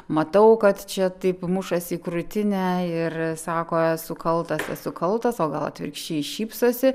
matau kad čia taip mušasi į krūtinę ir sako esu kaltas esu kaltas o gal atvirkščiai šypsosi